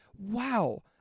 Wow